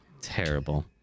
terrible